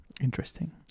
Interesting